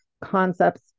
concepts